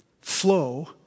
flow